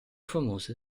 famose